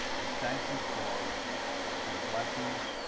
we thank you for your blessings